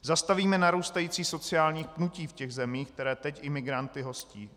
Zastavíme narůstající sociální pnutí třeba těch zemí, které teď imigranty hostí.